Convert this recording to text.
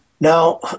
Now